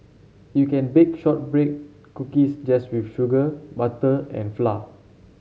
you can bake shortbread cookies just with sugar butter and flour